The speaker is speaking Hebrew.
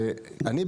שאני,